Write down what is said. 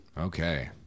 Okay